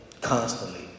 constantly